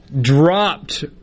dropped